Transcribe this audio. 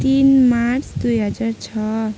तिन मार्च दुई हजार छ